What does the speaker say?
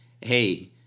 Hey